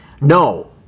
no